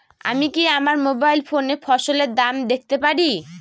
আমি কি আমার মোবাইল ফোনে ফসলের দাম দেখতে পারি?